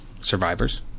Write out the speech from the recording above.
survivors